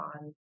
on